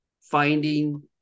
finding